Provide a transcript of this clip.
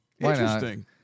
Interesting